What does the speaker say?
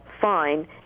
fine